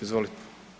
Izvolite.